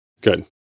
Good